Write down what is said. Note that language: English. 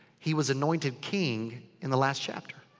he was anointed king in the last chapter.